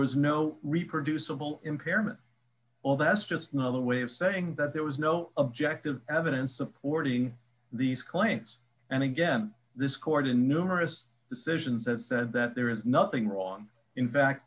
was no reproducible impairment well that's just another way of saying that there was no objective evidence supporting these claims and again this court in numerous decisions that said that there is nothing wrong in fact